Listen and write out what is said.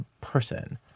person